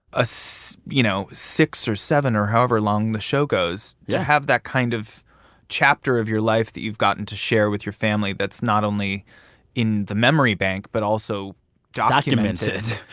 ah so you know, six or seven or however long the show goes. yeah. to have that kind of chapter of your life that you've gotten to share with your family that's not only in the memory bank but also documented.